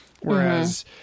Whereas